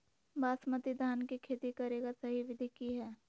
बासमती धान के खेती करेगा सही विधि की हय?